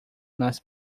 nas